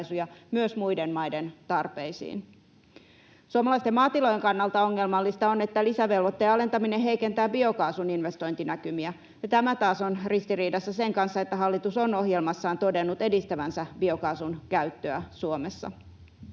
myös muiden maiden tarpeisiin. Suomalaisten maatilojen kannalta ongelmallista on, että lisävelvoitteen alentaminen heikentää biokaasun investointinäkymiä. Tämä taas on ristiriidassa sen kanssa, että hallitus on ohjelmassaan todennut edistävänsä biokaasun käyttöä Suomessa.